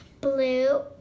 blue